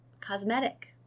cosmetic